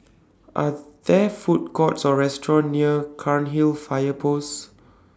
Are There Food Courts Or restaurants near Cairnhill Fire Post